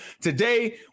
Today